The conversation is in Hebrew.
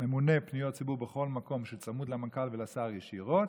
ממונה פניות ציבור בכל מקום שצמוד למנכ"ל ולשר ישירות,